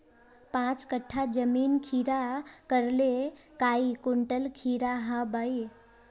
पाँच कट्ठा जमीन खीरा करले काई कुंटल खीरा हाँ बई?